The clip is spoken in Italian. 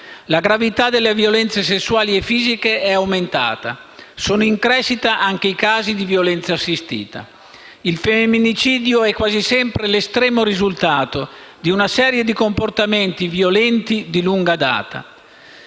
La gravità delle violenze sessuali e fisiche è aumentata. Sono in crescita anche i casi di violenza assistita. Il femminicidio è quasi sempre l'estremo risultato di una serie di comportamenti violenti di lunga data